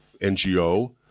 NGO